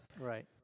Right